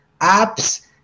apps